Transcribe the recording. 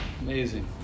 Amazing